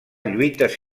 lluites